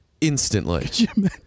instantly